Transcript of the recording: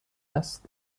است